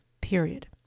period